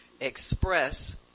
express